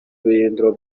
birindiro